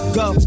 go